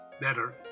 better